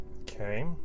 Okay